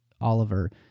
Oliver